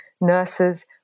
nurses